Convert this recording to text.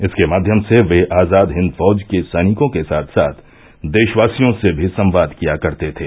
इसके माध्यम से वे आजाद हिंद फौज के सैनिकों के साथ साथ देशवासियों से भी संवाद किया करते थे